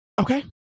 Okay